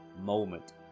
moment